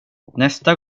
nästa